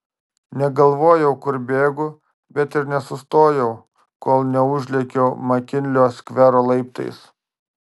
negalvojau kur bėgu bet ir nesustojau kol neužlėkiau makinlio skvero laiptais